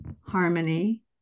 harmony